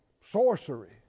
sorcery